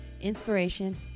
Inspiration